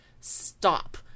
stop